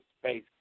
space